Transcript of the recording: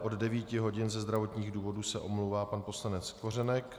Od 9 hodin ze zdravotních důvodů se omlouvá pan poslanec Kořenek.